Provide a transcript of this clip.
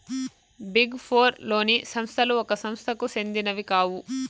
big four లోని సంస్థలు ఒక సంస్థకు సెందినవి కావు